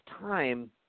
time